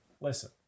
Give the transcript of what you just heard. listen